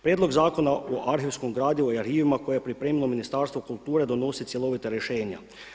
Prijedlog zakona o arhivskom gradivu i arhivima koje je pripremilo Ministarstvo kulture donosi cjelovita rješenja.